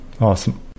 Awesome